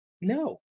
No